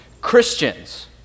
Christians